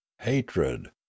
hatred